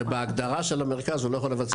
זה בהגדרה של המרכז, הוא לא יכול לבצע פעילות.